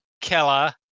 Kella